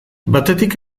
batetik